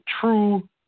true